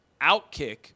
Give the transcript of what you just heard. OutKick